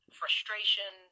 frustration